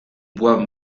bois